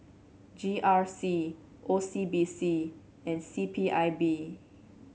G R C O C B C and C P I B